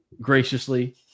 graciously